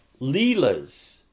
leelas